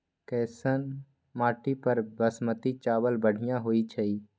कैसन माटी पर बासमती चावल बढ़िया होई छई?